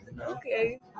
Okay